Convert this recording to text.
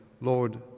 Lord